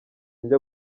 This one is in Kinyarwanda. njya